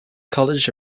college